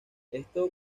esto